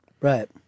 Right